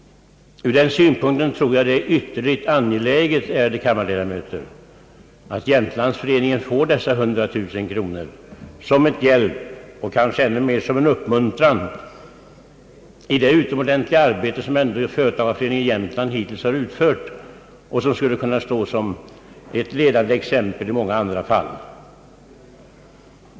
Ur den synpunkten anser jag att det är ytterligt angeläget, ärade kammarledamöter, att företagareföreningen i Jämtlands län får dessa 100 000 kronor såsom en hjälp och kanske ännu mer som en uppmuntran i det utomordentligt värdefulla arbete som företagareföreningen ändock hittills har utfört och som skulle kunna stå som ett ledande exempel i många andra fall.